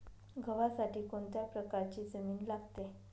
गव्हासाठी कोणत्या प्रकारची जमीन लागते?